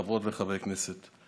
חברות וחברי הכנסת,